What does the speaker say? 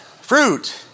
Fruit